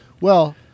well-